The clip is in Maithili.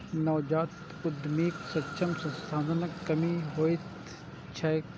नवजात उद्यमीक समक्ष संसाधनक कमी होइत छैक